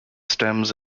stems